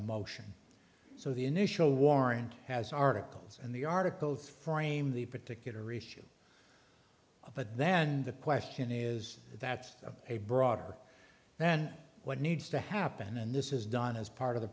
a motion so the initial warrant has articles and the articles frame the particular issue but then the question is that's a broader then what needs to happen and this is done as part of the